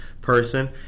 person